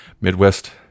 Midwest